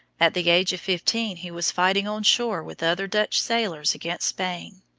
at the age of fifteen he was fighting on shore with other dutch sailors against spain.